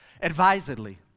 advisedly